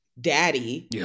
daddy